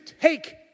take